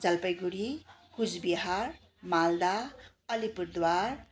Jalpaiguri Coochbehar Malda Alipurduar